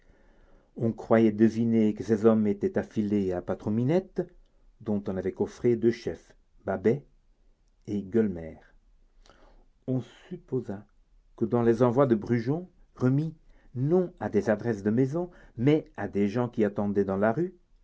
on croyait deviner que ces hommes étaient affiliés à patron-minette dont on avait coffré deux chefs babet et gueulemer on supposa que dans les envois de brujon remis non à des adresses de maisons mais à des gens qui attendaient dans la rue